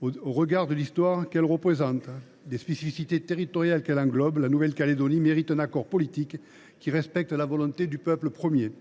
Au regard de l’histoire qui est la sienne et des spécificités territoriales qu’elle englobe, la Nouvelle Calédonie mérite un accord politique qui respecte la volonté du peuple premier.